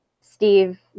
Steve